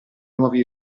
nuovi